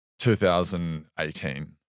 2018